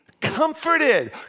comforted